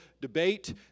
debate